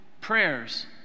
prayers